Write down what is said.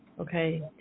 Okay